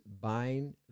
bind